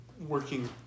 working